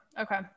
Okay